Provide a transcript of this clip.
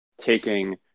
taking